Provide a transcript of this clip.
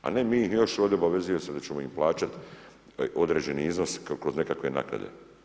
A ne mi ih još ovdje obavezujemo se da ćemo im plaćati određeni iznos kroz nekakve naknade.